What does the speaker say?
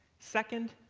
second,